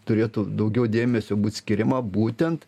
turėtų daugiau dėmesio būt skiriama būtent